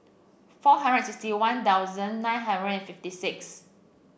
four hundred sixty One Thousand nine hundred and fifty six